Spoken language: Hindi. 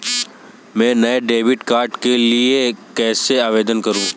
मैं नए डेबिट कार्ड के लिए कैसे आवेदन करूं?